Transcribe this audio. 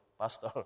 pastor